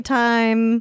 time